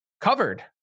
covered